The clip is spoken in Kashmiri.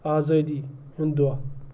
آزٲدی ہُنٛد دۄہ